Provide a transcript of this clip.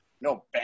No